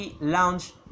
lounge